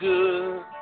good